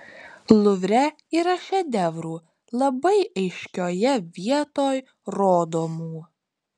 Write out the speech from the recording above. luvre yra šedevrų labai aiškioje vietoj rodomų